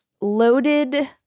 loaded